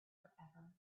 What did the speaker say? forever